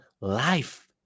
life